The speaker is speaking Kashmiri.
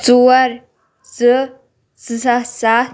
ژوٗر زٕ زٕ ساس سَتھ